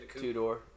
two-door